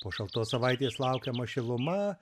po šaltos savaitės laukiama šiluma